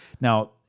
now